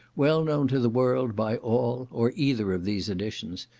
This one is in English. well known to the world by all or either of these additions,